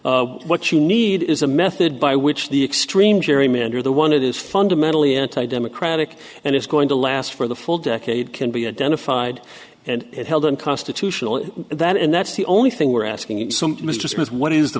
unconstitutional what you need is a method by which the extreme gerrymander the one it is fundamentally anti democratic and it's going to last for the full decade can be identified and it held unconstitutional that and that's the only thing we're asking mr smith what is the